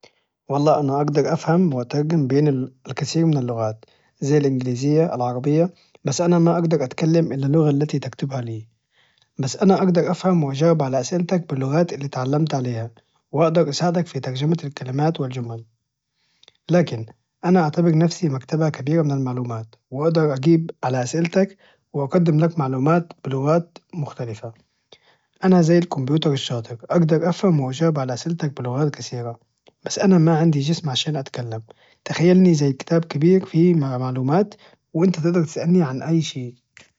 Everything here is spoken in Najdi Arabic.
والله انا أجدر أفهم واترجم بين الكثير من اللغات زي الإنجليزية العربية بس أنا ما أجدر أتكلم إلا اللغة التي تكتبها لي بس انا أجدر أفهم واجاوب على اسألتك باللغات اللي اتعلمت عليها واقدر اساعدك في ترجمة الكلمات والجمل لكن أنا أعتبر نفسي مكتبة كبيرة من المعلومات واقدر اجيب على اسألتك وأقدم لك معلومات بلغات مختلفة أنا زي الكمبيوتر الشاطر أجدر أفهم واجاوب على اسألتك بلغات كثيرة بس أنا ما عندي جسم عشان أتكلم تخيلني زي كتاب كبير فيه معلومات وانت تقدر تسألني عن أي شي